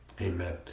Amen